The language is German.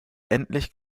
endlich